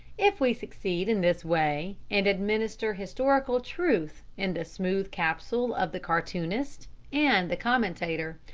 if we succeed in this way, and administer historical truth in the smooth capsule of the cartoonist and the commentator,